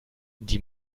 die